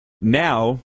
Now